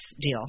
deal